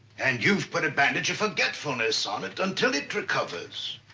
and you've put a bandage of forgetfulness on it until it recovers.